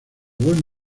buen